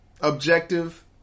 objective